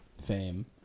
fame